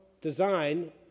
design